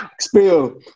Spill